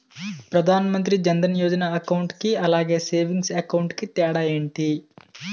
Pradhan Mantri Jan Dhan Yojana account కి అలాగే savings account కి తేడా ఏంటి?